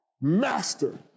Master